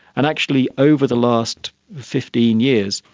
and actually over the last fifteen years,